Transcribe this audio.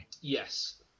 Yes